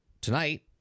tonight